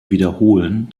wiederholen